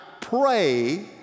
pray